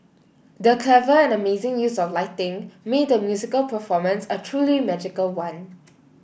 the clever and amazing use of lighting made the musical performance a truly magical one